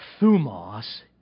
thumos